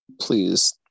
Please